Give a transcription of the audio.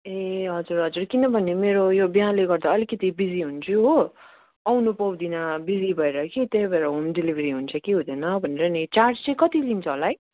ए हजुर हजुर किनभने मेरो यो बिहाले गर्दा अलिकति बिजी हुन्छु हो आउनु पाउँदिनँ बिजी भएर कि त्यही भएर होम डेलिभरि हुन्छ कि हुँदैन भनेर नि चार्ज चाहिँ कति लिन्छ होला है